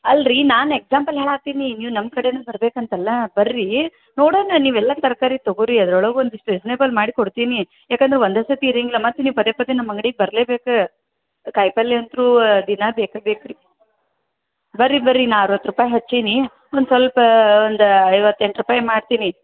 ಅಲ್ಲ ರೀ ನಾನು ಎಕ್ಸಾಂಪಲ್ ಹೇಳೋ ಹತ್ತೀನಿ ನೀವು ನಮ್ಮ ಕಡೆನೇ ಬರಬೇಕಂತಲ್ಲ ಬನ್ರಿ ನೋಡೋಣ ನೀವು ಎಲ್ಲ ತರಕಾರಿ ತೊಗೊಳಿ ಅದ್ರೊಳಗೆ ಒಂದಿಷ್ಟು ರೀಸ್ನೇಬಲ್ ಮಾಡಿ ಕೊಡ್ತೀನಿ ಯಾಕಂದ್ರೆ ಒಂದೇ ಸರ್ತಿ ಇರೋಂಗಿಲ್ಲ ಮತ್ತೆ ನೀವು ಪದೇ ಪದೇ ನಮ್ಮ ಅಂಗ್ಡಿಗೆ ಬರಲೇ ಬೇಕು ಕಾಯಿಪಲ್ಲೆ ಅಂತೂ ದಿನಾ ಬೇಕೇ ಬೇಕು ರೀ ಬನ್ರಿ ಬನ್ರಿ ನಾನು ಅರುವತ್ತು ರೂಪಾಯಿ ಹಚ್ಚೀನಿ ಒಂದು ಸ್ವಲ್ಪ ಒಂದು ಐವತ್ತೆಂಟು ರೂಪಾಯಿ ಮಾಡ್ತೀನಿ